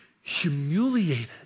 humiliated